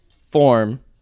form